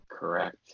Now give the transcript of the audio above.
Correct